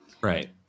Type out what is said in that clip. right